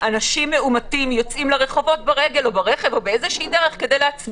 אנשים מאומתים יוצאים לרחובות ברגל או ברכב כדי להצביע.